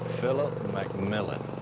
phillip mcmillan.